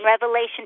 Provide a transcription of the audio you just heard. revelation